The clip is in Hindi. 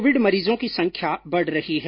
कोविड मरीजों की संख्या बढ़ रही है